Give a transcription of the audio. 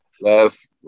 last